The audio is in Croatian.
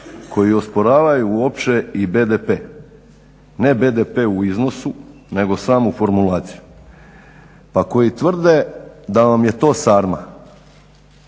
koji osporavaju uopće i BDP, ne BDP u iznosu, nego samo formulaciju, pa koji tvrde da vam je to sarma,